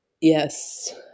Yes